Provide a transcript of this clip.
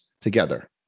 together